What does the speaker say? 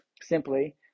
simply